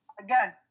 Again